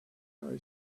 narrow